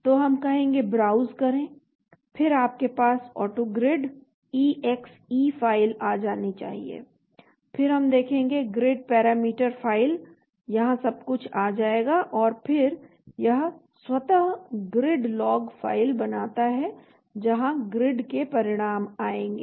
तो हम कहेंगे ब्राउज़ करें फिर आपके पास ऑटोग्रिड exe फ़ाइल आ जानी चाहिए फिर हम देखेंगे ग्रिड पैरामीटर फाइल यहाँ सब कुछ आ जाएगा और फिर यह स्वतः ग्रिड लॉग फ़ाइल बनाता है जहाँ ग्रिड के परिणाम आएंगे